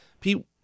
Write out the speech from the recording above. Pete